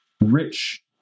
rich